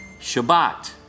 Shabbat